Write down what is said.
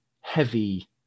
heavy